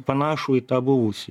panašų į tą buvusį